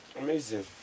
Amazing